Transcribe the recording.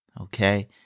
Okay